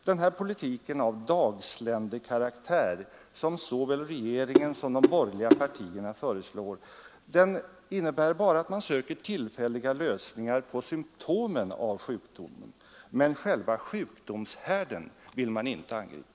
Den nuvarande politiken av dagsländekaraktär som både regeringen och de borgerliga partierna föreslår innebär bara att man söker tillfälliga lösningar på symptomen av sjukdomen, men själva sjukdomshärden vill man inte angripa.